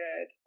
good